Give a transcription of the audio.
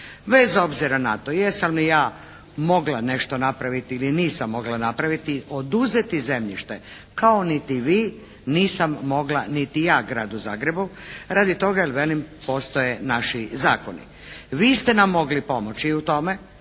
Bez obzira na to jesam li ja mogla nešto napraviti ili nisam mogla napraviti oduzeti zemljište kao niti vi nisam mogla niti ja Gradu Zagrebu radi toga jer velim postoje naši zakoni. Vi ste nam mogli pomoći u tome